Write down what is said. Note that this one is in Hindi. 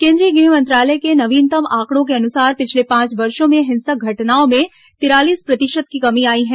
केंद्रीय गृह मंत्रालय के नवीनतम आंकड़ों के अनुसार पिछले पांच वर्षो में हिंसक घटनाओं में तिरालीस प्रतिशत की कमी आई है